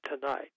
Tonight